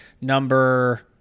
number